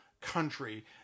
country